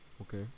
Okay